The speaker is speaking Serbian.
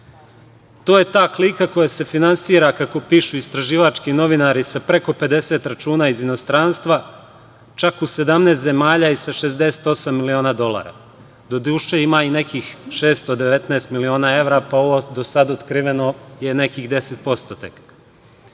je ta klika koja se finansira, kako pišu istraživački novinari sa preko 50 računa iz inostranstva, čak u 17 zemalja i sa 68 miliona dolara. Doduše ima i nekih 619 miliona evra, pa ovo do sada otkriveno je nekih 10% tek.